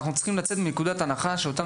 אנחנו צריכים לצאת מנקודת הנחה שאותם